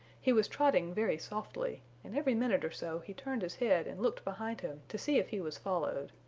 he was trotting very softly and every minute or so he turned his head and looked behind him to see if he was followed.